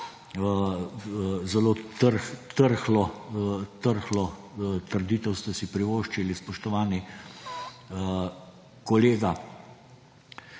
Zelo trhlo trditev ste si privoščili, spoštovani kolega.